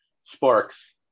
Sparks